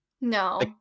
no